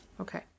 Okay